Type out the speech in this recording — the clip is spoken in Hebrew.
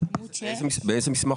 במסמך